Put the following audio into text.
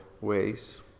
ways